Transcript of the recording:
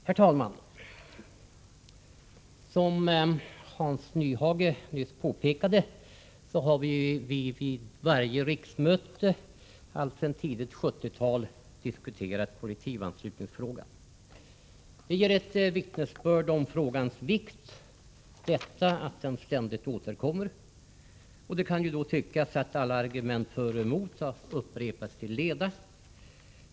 Herr talman! Som Hans Nyhage nyss påpekade har vi vid varje riksmöte alltsedan tidigt 1970-tal diskuterat kollektivanslutningsfrågan. Att den ständigt återkommer ger ett vittnesbörd om frågans vikt. Det kan då tyckas att alla argument för och emot har upprepats till leda.